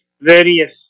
various